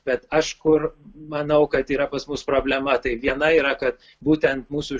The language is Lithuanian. bet aš kur manau kad yra pas mus problema tai viena yra kad būtent mūsų